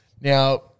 Now